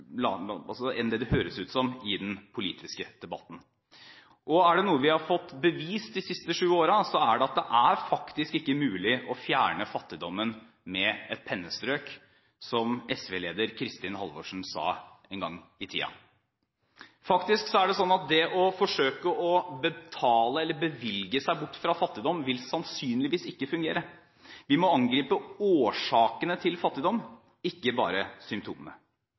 Er det noe vi har fått bevist de siste syv årene, er det at det ikke er mulig å fjerne fattigdommen med et pennestrøk, som Kristin Halvorsen som SV-leder sa en gang i tiden. Det å forsøke å betale eller bevilge seg bort fra fattigdom, vil sannsynligvis ikke fungere. Vi må angripe årsakene til fattigdom, ikke bare symptomene.